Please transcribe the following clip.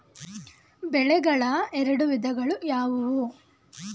ಬೆಳೆಗಳ ಎರಡು ವಿಧಗಳು ಯಾವುವು?